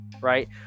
Right